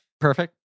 perfect